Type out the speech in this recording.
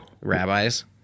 Rabbis